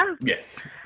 Yes